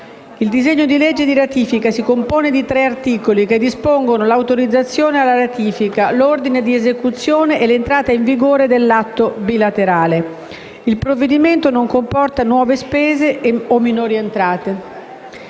Il disegno di legge di ratifica si compone di 3 articoli, che dispongono l'autorizzazione alla ratifica, l'ordine di esecuzione e l'entrata in vigore dell'Atto bilaterale. Il provvedimento non comporta nuove spese o minori entrate.